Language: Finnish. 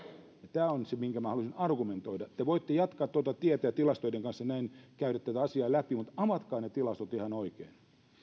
tämä on se minkä minä halusin argumentoida te voitte jatkaa tuota tietä ja tilastoiden kanssa käydä tätä asiaa läpi mutta avatkaa ne tilastot ihan oikein